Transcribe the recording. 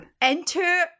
Enter